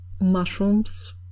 mushrooms